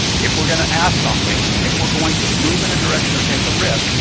if we're going to ask something and if we're going to move in a direction or take a risk,